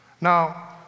Now